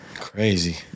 Crazy